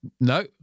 No